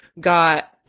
got